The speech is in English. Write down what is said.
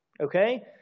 Okay